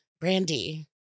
Brandy